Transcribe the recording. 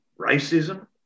racism